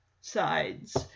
sides